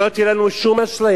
שלא תהיה לנו שום אשליה,